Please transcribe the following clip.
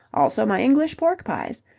also my english pork-pies!